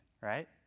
right